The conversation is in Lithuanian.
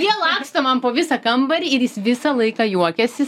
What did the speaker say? jie laksto man po visą kambarį ir jis visą laiką juokiasi s